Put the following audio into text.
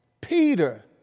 Peter